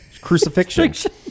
Crucifixion